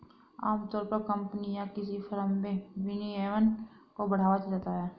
आमतौर पर कम्पनी या किसी फर्म में विनियमन को बढ़ावा दिया जाता है